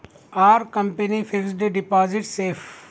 Are company fixed deposit safe?